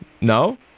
No